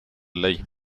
ley